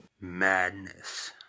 Madness